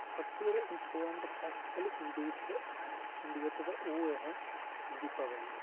सबतूं जेह्ड़ा फैस्टीबल जेह्ड़ा इंडिया च ते ओह् ऐ दीपावली